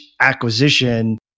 acquisition